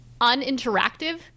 uninteractive